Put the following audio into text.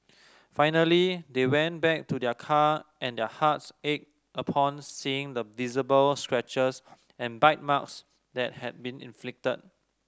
finally they went back to their car and their hearts ached upon seeing the visible scratches and bite marks that had been inflicted